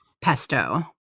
pesto